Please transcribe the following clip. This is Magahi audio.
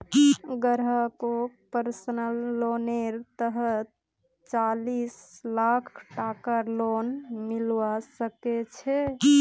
ग्राहकक पर्सनल लोनेर तहतत चालीस लाख टकार लोन मिलवा सके छै